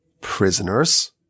prisoners